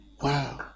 Wow